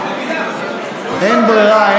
אין ברירה.